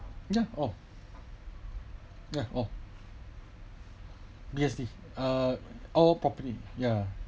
ya all ya all yes uh all property ya